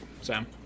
Sam